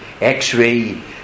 x-ray